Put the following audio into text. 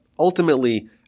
ultimately